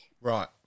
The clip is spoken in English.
Right